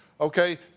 Okay